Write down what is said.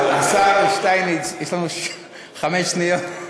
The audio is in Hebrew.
השר שטייניץ, יש לנו חמש שניות,